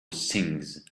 sings